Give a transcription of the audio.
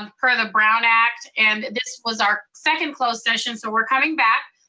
um for the brown act. and this was our second closed session, so we're coming back.